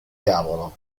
diavolo